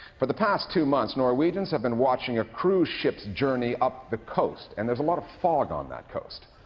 for the past two months, norwegians have been watching a cruise ship's journey up the coast, and there's a lot of fog on that coast.